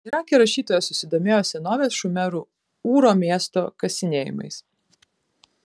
irake rašytoja susidomėjo senovės šumerų ūro miesto kasinėjimais